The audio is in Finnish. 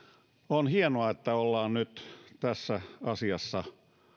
on hienoa että nyt ollaan tässä asiassa